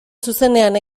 zuzenean